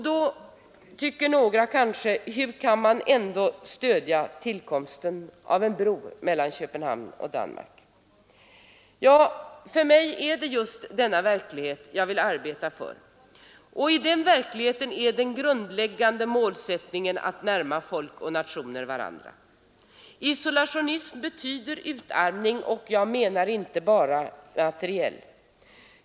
Några undrar kanske hur man då kan stödja tillkomsten av en bro mellan Köpenhamn och Malmö. Jag för min del vill arbeta just för denna verklighet. Den grundläggande målsättningen är att närma folk och nationer varandra. Isolationism betyder utarmning, inte bara materiellt.